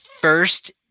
first